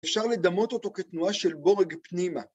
אפשר לדמות אותו כתנועה של בורג פנימה.